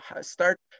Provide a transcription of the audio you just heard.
start